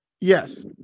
yes